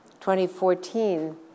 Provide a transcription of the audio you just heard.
2014